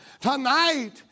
tonight